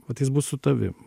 vat jis bus su tavim